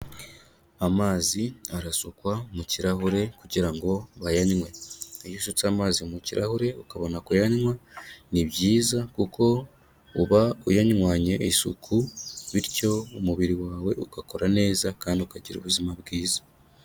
Amazi arasukwa mu kirahure, kugira ngo bayanywe. Iyo ushutse amazi mu kirahure ukabona kuyanywa, ni byiza kuko uba uyanywanye isuku, bityo umubiri wawe ugakora neza, kandi ukagira ubuzima bwiza.